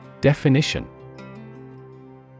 Definition